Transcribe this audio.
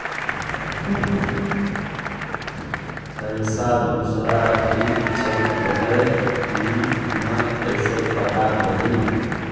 पैसा दुसरा ही चल गेलै की न कैसे पता करि?